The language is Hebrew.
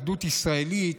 אחדות ישראלית,